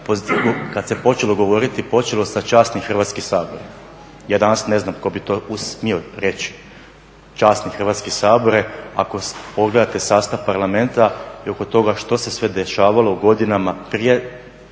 kada se počelo govoriti, počelo se sa časni Hrvatski sabore, ja danas ne znam tko bi to smio reći časni Hrvatski sabore ako pogledate sastav Parlamenta i oko toga što se sve dešavalo u godinama prije